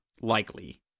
likely